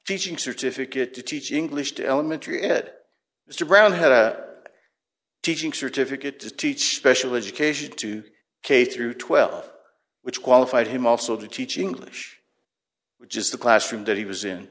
teaching certificate to teach english to elementary ed mr brown had a teaching certificate to teach special education to k through twelve which qualified him also the teach english which is the classroom that he was in